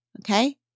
Okay